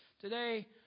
Today